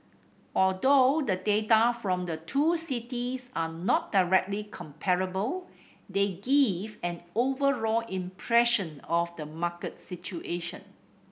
although the data from the two cities are not directly comparable they give an overall impression of the market situation